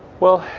well,